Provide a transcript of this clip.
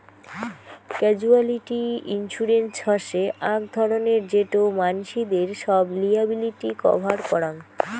casualty insurance হসে আক ধরণের যেটো মানসিদের সব লিয়াবিলিটি কভার করাং